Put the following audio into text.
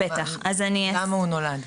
למה הוא נולד?